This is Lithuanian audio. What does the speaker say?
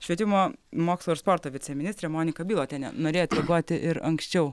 švietimo mokslo ir sporto viceministrė monika bilotienė norėjot reaguoti ir anksčiau